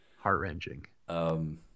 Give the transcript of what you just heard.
Heart-wrenching